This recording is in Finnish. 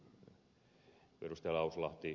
niin kuin ed